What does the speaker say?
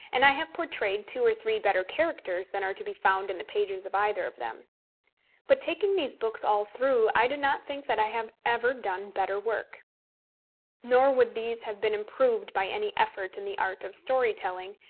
and i have portrayed two or three better characters than are to be found in the pages of either of them but taking these books all through, i do not think that i have ever done better work nor would these have been improved by any effort in the art of story telling,